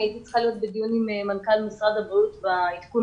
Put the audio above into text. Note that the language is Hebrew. הייתי צריכה להיות בדיון עם מנכ"ל משרד הבריאות בעדכון